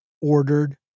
ordered